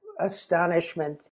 astonishment